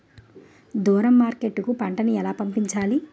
దూరం మార్కెట్ కు పంట ను ఎలా పంపించాలి?